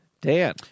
Dan